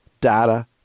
data